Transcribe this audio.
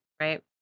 Right